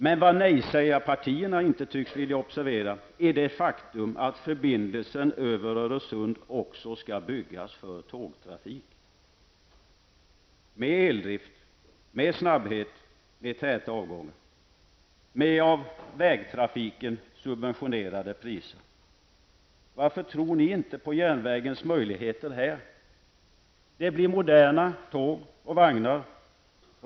Men vad nej-sägarpartierna inte tycks vilja observera är det faktum att förbindelsen över Öresund också skall byggas för tågtrafik, med eldrift, med snabbhet, med täta avgångar till -- av vägtrafiken -- subventionerade priser. Varför tror ni inte på järnvägens möjligheter här? Det blir moderna tåg och vagnar.